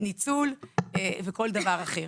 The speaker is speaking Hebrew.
ניצול וכל דבר אחר.